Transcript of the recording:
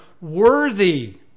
worthy